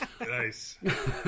nice